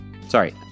Sorry